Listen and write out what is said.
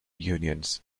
unions